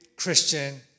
Christian